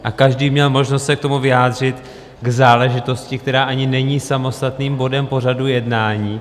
A každý měl možnost se k tomu vyjádřit, k záležitosti, která ani není samostatným bodem pořadu jednání.